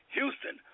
Houston